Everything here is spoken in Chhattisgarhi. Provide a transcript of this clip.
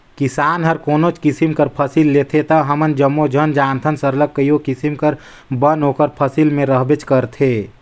किसान हर कोनोच किसिम कर फसिल लेथे ता हमन जम्मो झन जानथन सरलग कइयो किसिम कर बन ओकर फसिल में रहबेच करथे